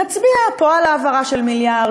נצביע פה על העברה של מיליארד,